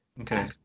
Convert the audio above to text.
Okay